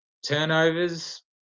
Turnovers